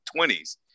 20s